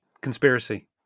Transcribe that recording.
Conspiracy